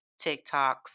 TikToks